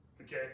Okay